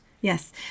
Yes